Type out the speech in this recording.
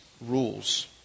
rules